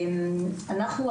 אנחנו,